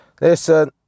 Listen